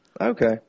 Okay